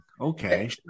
Okay